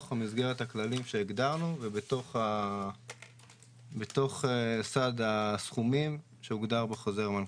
מסגרת הכללים שהגדרנו ובתוך סד הסכומים שהוגדר בחוזר מנכ"ל.